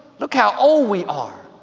look how old we are.